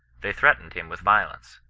they threatened him with violence.